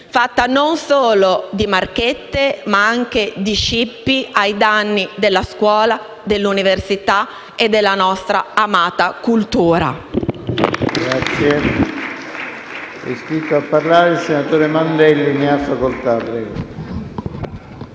fatta non solo di "marchette", ma anche di "scippi" ai danni della scuola, dell'università e della nostra amata cultura.